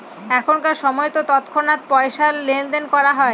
এখনকার সময়তো তৎক্ষণাৎ পয়সা লেনদেন করা হয়